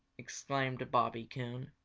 exclaimed bobby coon.